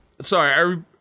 sorry